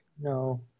No